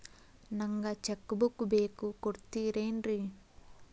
ನಂಗ cheque book ಬೇಕು ಕೊಡ್ತಿರೇನ್ರಿ?